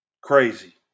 Crazy